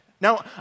Now